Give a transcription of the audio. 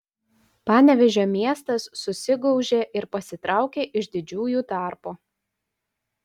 panevėžio miestas susigaužė ir pasitraukė iš didžiųjų tarpo